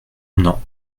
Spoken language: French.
non